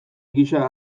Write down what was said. gisa